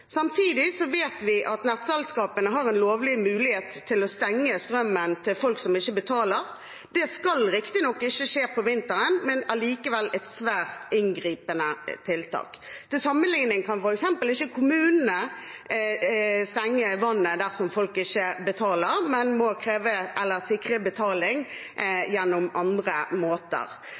Samtidig vet vi at nettselskapene har en lovlig mulighet til å stenge strømmen til folk som ikke betaler. Det skal riktignok ikke skje om vinteren, men det er likevel et svært inngripende tiltak. Til sammenligning kan f.eks. ikke kommunene stenge vannet dersom folk ikke betaler, men må sikre betaling på andre måter.